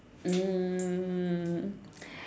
um